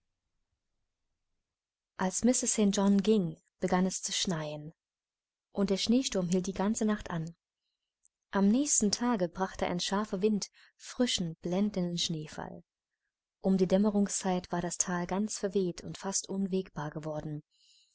als mr st john ging begann es zu schneien und der schneesturm hielt die ganze nacht an am nächsten tage brachte ein scharfer wind frischen blendenden schneefall um die dämmerungszeit war das thal ganz verweht und fast unwegbar geworden